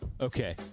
Okay